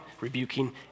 rebuking